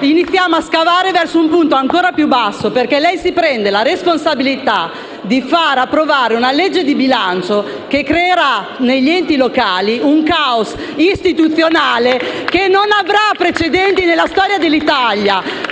iniziamo a scavare verso un punto ancora più basso, perché lei si prende la responsabilità di far approvare un disegno di legge bilancio che creerà negli enti locali un caos istituzionale senza precedenti nella storia dell'Italia: